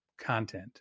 content